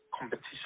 competition